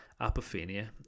apophenia